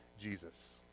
Jesus